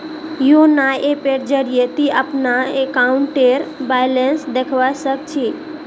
YONO ऐपेर जरिए ती अपनार अकाउंटेर बैलेंस देखवा सख छि